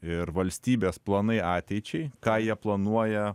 ir valstybės planai ateičiai ką jie planuoja